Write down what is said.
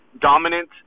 dominant